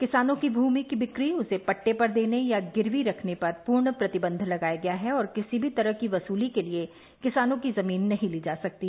किसानों की भूमि की ब्रिकी उसे पट्टे पर देने या गिरवी रखने पर पूर्ण प्रतिबंध लगाया गया है और किसी भी तरह की वसूली के लिए किसानों की जमीन नहीं ली जा सकती